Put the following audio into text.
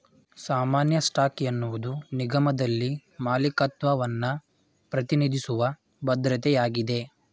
ಸಾಮಾನ್ಯ ಸ್ಟಾಕ್ ಎನ್ನುವುದು ನಿಗಮದಲ್ಲಿ ಮಾಲೀಕತ್ವವನ್ನ ಪ್ರತಿನಿಧಿಸುವ ಭದ್ರತೆಯಾಗಿದೆ